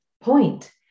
point